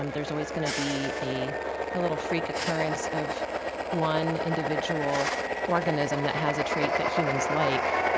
um there's always going to be a a little freak occurrence of one individual organism that has a trait that humans like.